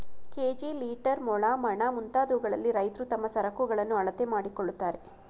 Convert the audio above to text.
KG, litre, ಮೊಳ, ಮಣ, ಮುಂತಾದವುಗಳಲ್ಲಿ ರೈತ್ರು ತಮ್ಮ ಸರಕುಗಳನ್ನು ಅಳತೆ ಮಾಡಿಕೊಳ್ಳುತ್ತಾರೆ